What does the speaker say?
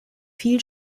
viel